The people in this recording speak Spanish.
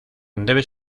debe